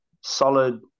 solid